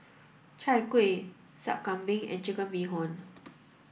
Chai Kuih Sup Kambing and chicken bee hoon